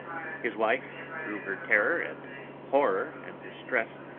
his wife, through her terror and horror and distress,